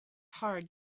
hard